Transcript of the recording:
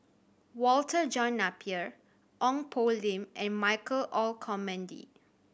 Walter John Napier Ong Poh Lim and Michael Olcomendy